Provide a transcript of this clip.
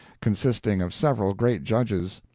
consisting of several great judges.